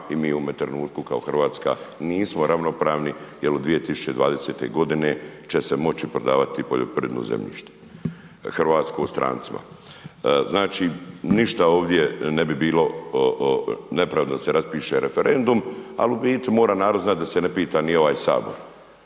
i mi u ovome trenutku kao Hrvatska nismo ravnopravni jer od 2020. godine će se moći prodavati poljoprivredno zemljište hrvatsko strancima. Znači, ništa ovdje ne bi bilo nepravilno da se raspiše referendum, al u biti mora narod znati da se ne pita ni ovaj sabor.